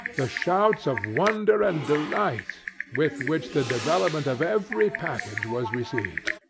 the shouts of wonder and delight with which the development of every package was received!